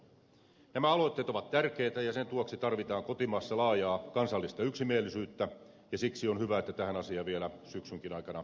nämä aloitteet ovat tärkeitä ja niiden tueksi tarvitaan kotimaassa laajaa kansallista yksimielisyttä ja siksi on hyvä että tähän asiaan vielä syksynkin aikana palaamme